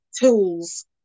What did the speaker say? tools